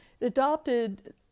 adopted